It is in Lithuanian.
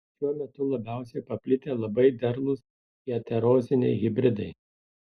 šiuo metu labiausiai paplitę labai derlūs heteroziniai hibridai